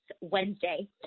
Wednesday